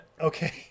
okay